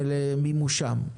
ולמימושם.